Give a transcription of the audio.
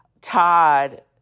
Todd